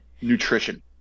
nutrition